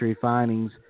findings